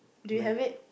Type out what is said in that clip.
do you have it